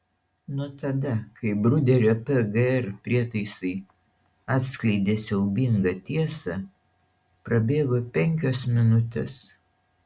nuo tada kai bruderio pgr prietaisai atskleidė siaubingą tiesą prabėgo penkios minutės